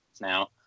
now